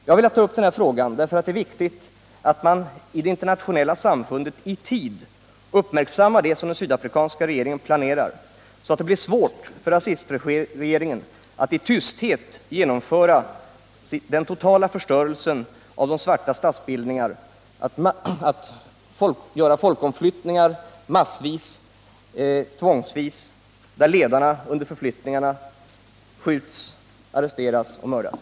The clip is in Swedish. Jag har velat ta upp den här frågan eftersom det är viktigt att man i det internationella samfundet i tid uppmärksammar vad den sydafrikanska regeringen planerar, så att det blir svårt för rasistregeringen att i tysthet genomföra en total förstörelse av de svartas stadsbildningar och tvångsförflytta massor av människor, varvid svarta ledare arresteras, skjuts och mördas.